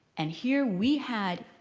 and here we had,